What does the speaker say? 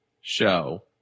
show